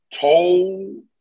told